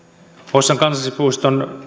hossan kansallispuiston